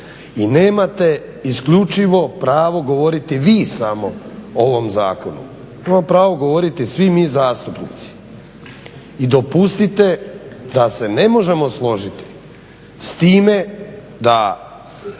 I nemate isključivo pravo govoriti vi samo o ovom zakonu. Imamo pravo govoriti svi mi zastupnici. I dopustite da se ne možemo složiti s time da